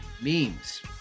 memes